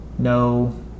no